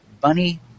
Bunny